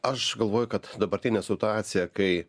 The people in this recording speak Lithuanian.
aš galvoju kad dabartinė situacija kai